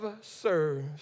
serves